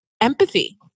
empathy